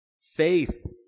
Faith